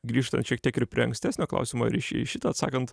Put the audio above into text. grįžtant šiek tiek ir prie ankstesnio klausimo ir į šį į šitą atsakant